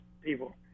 people